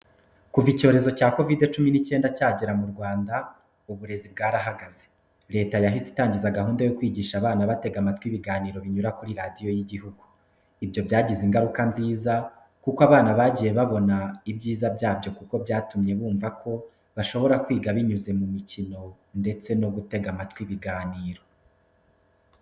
Kuva icyorezo cya kovide cumi n'icyenda cyagera mu Rwanda, uburezi bwarahagaze. Leta yahise itangiza gahunda yo kwigisha abana batega amatwi ibiganiro binyura kuri radiyo y'igihugu. Ibyo byagize ingaruka nziza, kuko abana bagiye babona ibyiza byabyo kuko byatumye bumva ko bashobora kwiga binyuriye mu imikino ndetse no gutega amatwi ibiganiro.